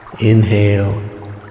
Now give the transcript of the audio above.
Inhale